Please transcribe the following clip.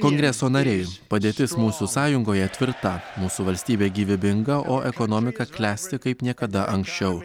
kongreso nariai padėtis mūsų sąjungoje tvirta mūsų valstybė gyvybinga o ekonomika klesti kaip niekada anksčiau